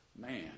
Man